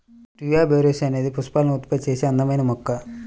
tuberose అనేది పుష్పాలను ఉత్పత్తి చేసే అందమైన మొక్క